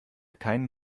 keinen